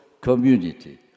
community